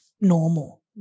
normal